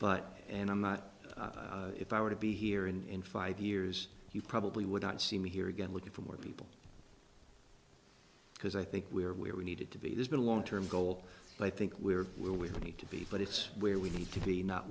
but and i'm not if i were to be here in five years he probably would not see me here again looking for more people because i think we are where we needed to be there's been a long term goal but i think we are where we need to be but it's where we need to be not